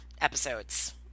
episodes